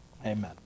Amen